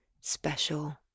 special